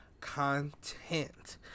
content